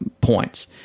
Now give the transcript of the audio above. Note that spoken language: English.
points